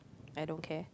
I don't care